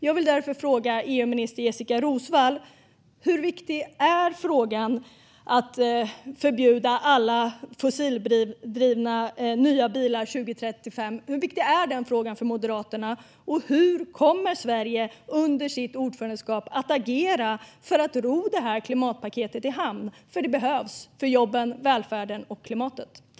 Jag vill därför fråga EU-minister Jessica Roswall: Hur viktig för Moderaterna är frågan om att förbjuda alla fossildrivna nya bilar till 2035, och hur kommer Sverige under sitt ordförandeskap att agera för att ro det här klimatpaketet i hamn? Det behövs ju för jobben, välfärden och klimatet.